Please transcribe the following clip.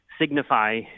signify